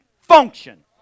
Function